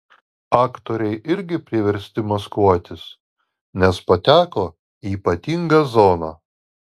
aktoriai irgi priversti maskuotis nes pateko į ypatingą zoną